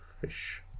fish